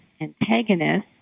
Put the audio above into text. antagonists